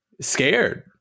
scared